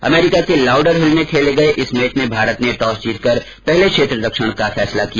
अमरीका के लाउडरहिल में खेले गए इस मैच में भारत ने टॉस जीतकर पहले क्षेत्र रक्षण का फैसला किया